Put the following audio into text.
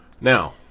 Now